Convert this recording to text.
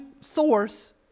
source